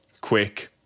quick